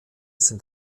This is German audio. sind